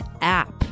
app